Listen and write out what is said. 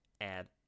add